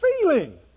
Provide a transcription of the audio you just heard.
feeling